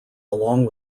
along